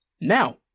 Now